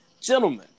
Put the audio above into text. gentlemen